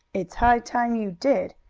it's high time you did.